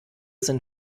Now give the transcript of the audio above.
sind